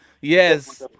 Yes